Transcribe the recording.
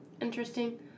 Interesting